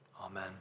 amen